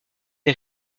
les